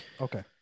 Okay